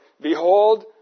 Behold